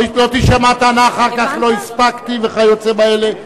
לא תישמע טענה אחר כך "לא הספקתי" וכיוצא באלה.